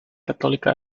católica